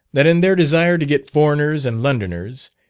that in their desire to get foreigners and londoners,